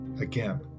again